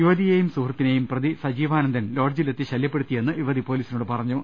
യുവതിയെയും സുഹൃത്തിനെയും പ്രതി സജീവാനന്ദൻ ലോഡ്ജിൽ എത്തി ശല്ല്യപ്പെടുത്തിയെന്ന് യുവതി പൊലീസിനോട് പറഞ്ഞു